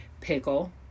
pickle